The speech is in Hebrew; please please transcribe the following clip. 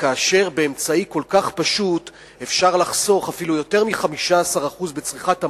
כאשר באמצעי כל כך פשוט אפשר לחסוך אפילו יותר מ-15% בצריכת המים,